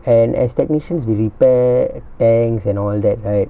and as technicians we repair tanks and all that right